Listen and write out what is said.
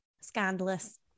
scandalous